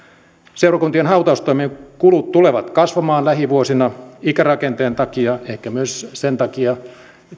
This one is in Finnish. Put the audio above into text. seurakuntien hautaustoimen kulut tulevat kasvamaan lähivuosina ikärakenteen takia ja ehkä myös sen takia että